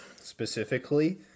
specifically